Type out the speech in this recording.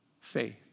faith